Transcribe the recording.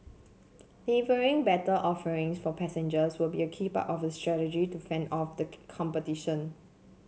delivering better offering for passengers will be a key part of its strategy to fend off the competition